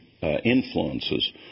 influences